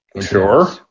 Sure